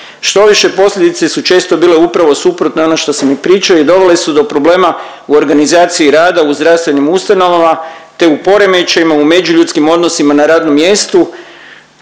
Štoviše posljedice su često bile upravo suprotne, ono što sam i pričao i dovele su do problema u organizaciji rada u zdravstvenim ustanovama te u poremećajima u međuljudskim odnosima na radnom mjestu